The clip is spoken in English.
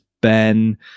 Ben